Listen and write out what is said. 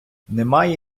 немає